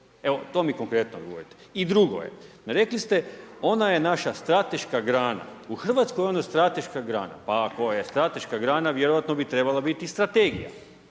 Evo, to mi konkretno odgovorite. I drugo, rekli ste, ona je naša strateška grana. U RH je ona strateška grana. Pa ako je strateška grana, vjerojatno bi trebala biti i strategija.